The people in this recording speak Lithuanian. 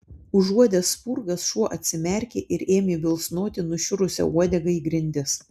užuodęs spurgas šuo atsimerkė ir ėmė bilsnoti nušiurusia uodega į grindis